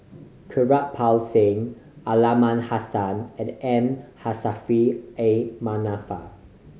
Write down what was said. Kirpal Singh Aliman Hassan and M Saffri A Manaf